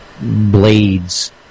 blades